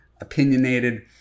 opinionated